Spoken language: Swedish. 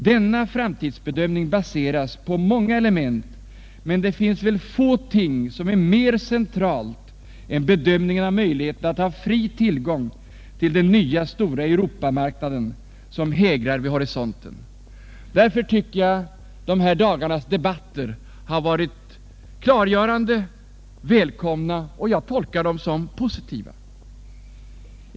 Denna framtidsbedömning baseras på många element, men det finns väl få ting som är mera centrala än bedömningen av möjligheten att ha fri tillgång till den nya stora Europamarknaden, som hägrar vid horisonten. Därför tycker jag att dessa dagars debatter har varit klargörande och välkomna. Jag tolkar dem såsom positiva.